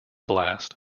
blast